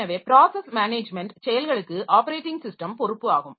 எனவே process management செயல்களுக்கு operating system பொறுப்பு ஆகும்